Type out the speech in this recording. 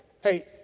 Hey